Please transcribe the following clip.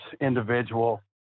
individual